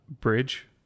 Bridge